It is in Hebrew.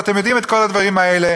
ואתם יודעים את כל הדברים האלה.